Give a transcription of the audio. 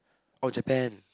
oh Japan